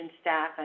staff